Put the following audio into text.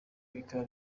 bikaba